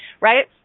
right